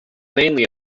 mainly